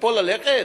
מפה ללכת?